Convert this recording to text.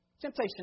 Temptation